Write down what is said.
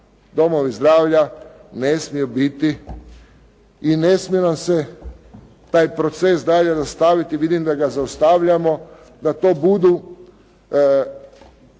Domovi zdravlja ne smiju biti i ne smije nam se taj proces dalje … /Ne razumije se./ … vidim da ga zaustavljamo, da to budu